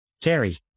Terry